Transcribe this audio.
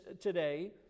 today